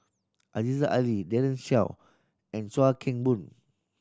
Aziza Ali Daren Shiau and Chuan Keng Boon